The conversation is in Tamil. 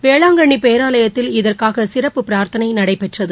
வேளாங்கண்ணிபேராலயத்தில் இதற்காகசிறப்பு பிரார்த்தனைநடைபெற்றது